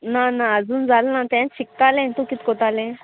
ना ना आजून जाल ना तेंच शिकतालें तूं कित कोतालें